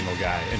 guy